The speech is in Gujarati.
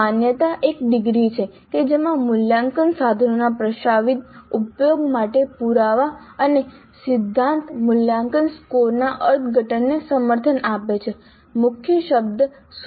માન્યતા એ ડિગ્રી છે કે જેમાં મૂલ્યાંકન સાધનોના પ્રસ્તાવિત ઉપયોગ માટે પુરાવા અને સિદ્ધાંત મૂલ્યાંકન સ્કોરના અર્થઘટનને સમર્થન આપે છે મુખ્ય શબ્દ સૂચિત ઉપયોગ છે